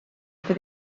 for